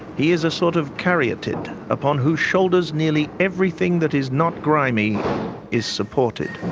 he is a sort of caryatid upon whose shoulders nearly everything that is not grimy is supported.